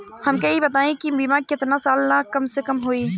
हमके ई बताई कि बीमा केतना साल ला कम से कम होई?